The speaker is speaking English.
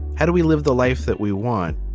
how do we live the life that we want?